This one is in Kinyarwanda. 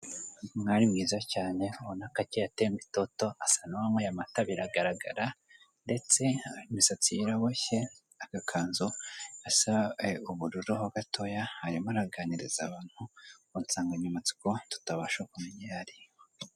Umwari mwiza cyane, ubona ko akeye atemba itoto, asa n'uwanyweye amata biragaragara ndetse imisatsi iraboshye, agakanzu gasa ubururu ho gatoya, arimo araganiriza abantu ku nsanganyamatsiko tutabasha kumenya iyo ari yo.